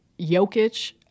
Jokic